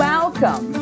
Welcome